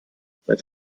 seit